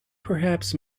perhaps